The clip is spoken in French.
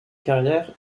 carrière